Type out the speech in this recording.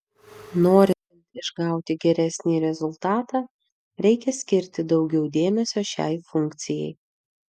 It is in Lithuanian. norint išgauti geresnį rezultatą reikia skirti daugiau dėmesio šiai funkcijai